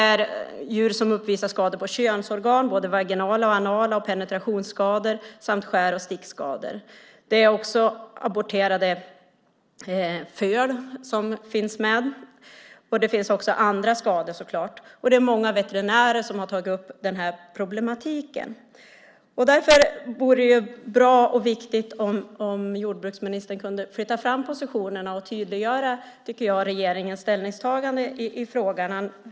Djur uppvisar skador på könsorgan, både vaginala och anala, penetrationsskador samt skär och stickskador. Det är också aborterade föl som finns med och annat. Det är många veterinärer som har tagit upp den här problematiken. Därför vore det bra och viktigt om jordbruksministern kunde flytta fram positionerna och tydliggöra regeringens ställningstagande i frågan.